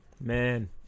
man